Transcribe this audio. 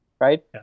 right